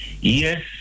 Yes